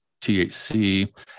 THC